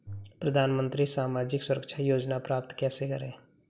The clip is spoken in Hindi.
प्रधानमंत्री सामाजिक सुरक्षा योजना प्राप्त कैसे करें?